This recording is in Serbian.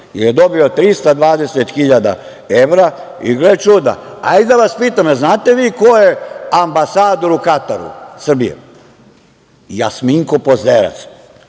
je dobio 320.000 evra? Gle čuda, hajde da vas pitam, znate vi ko je ambasador u Kataru, Srbije? Jasminko Pozderac.